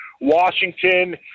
Washington